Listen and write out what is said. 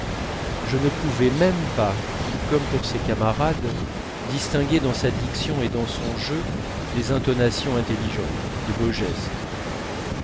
je ne pouvais même pas comme pour ses camarades distinguer dans sa diction et dans son jeu des intonations intelligentes de beaux gestes